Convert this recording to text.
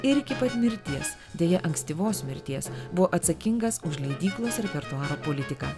ir iki pat mirties deja ankstyvos mirties buvo atsakingas už leidyklos repertuaro politiką